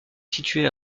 situé